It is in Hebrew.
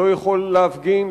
הוא לא יכול להפגין,